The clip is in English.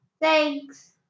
Thanks